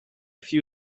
few